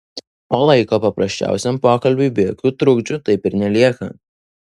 o laiko paprasčiausiam pokalbiui be jokių trukdžių taip ir nelieka